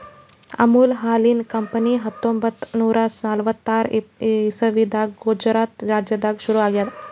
ಅಮುಲ್ ಹಾಲಿನ್ ಕಂಪನಿ ಹತ್ತೊಂಬತ್ತ್ ನೂರಾ ನಲ್ವತ್ತಾರ್ ಇಸವಿದಾಗ್ ಗುಜರಾತ್ ರಾಜ್ಯದಾಗ್ ಶುರು ಆಗ್ಯಾದ್